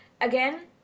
again